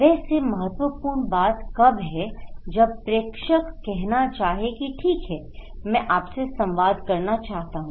वैसे महत्वपूर्ण बात कब है जब प्रेषक कहना चाहे कि ठीक है मैं आपसे संवाद करना चाहता हूं